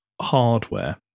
Hardware